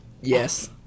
Yes